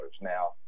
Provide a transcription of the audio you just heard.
Now